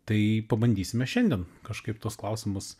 tai pabandysime šiandien kažkaip tuos klausimus